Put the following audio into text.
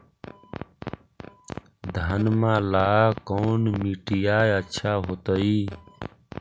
घनमा ला कौन मिट्टियां अच्छा होतई?